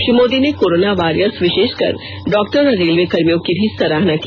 श्री मोदी ने corona warriors विषेष कर डॉक्टर और रेलवे कर्मियों की भी सराहना की